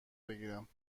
بگیرم